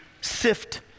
sift